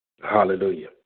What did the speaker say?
Hallelujah